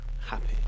happy